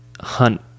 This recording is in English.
hunt